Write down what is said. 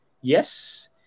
yes